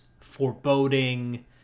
foreboding